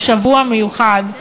או שבוע מיוחד,